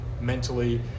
mentally